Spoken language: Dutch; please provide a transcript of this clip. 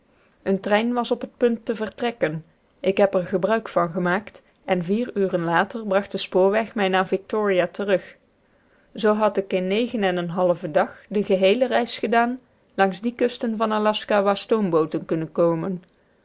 een trein was op het punt om te vertrekken ik heb er gebruik van gemaakt en vier uren later bracht de spoorweg mij naar victoria terug zoo had ik in negen en een halven dag de geheele reis gedaan langs die kusten van aljaska waar stoombooten kunnen komen